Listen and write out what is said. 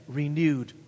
renewed